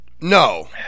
No